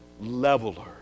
leveler